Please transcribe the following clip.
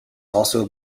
also